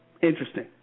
Interesting